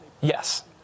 Yes